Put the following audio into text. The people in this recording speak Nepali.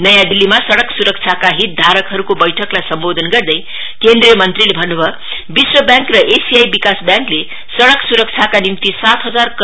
नयाँ दिल्लीमा सड़क सुरक्षाका हितधारकहरुको बैठकलाई सम्बोधन गर्दै केन्द्रीय मंत्रीले भन्नु भयो विश्व व्यांक र एशियायी विकास व्यांकले सड़क सुरक्षाका स्यीकृत गरेको छ